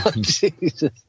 Jesus